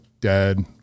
dead